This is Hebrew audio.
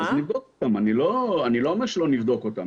אני לא אומר שלא נבדוק אותם.